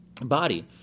body